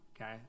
Okay